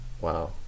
Wow